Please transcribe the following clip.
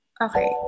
okay